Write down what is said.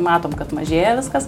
matom kad mažėja viskas